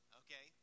okay